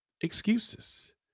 excuses